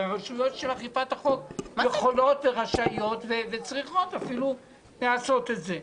ורשויות של אכיפת החוק יכולות ורשאיות וצריכות אפילו לעשות את זה.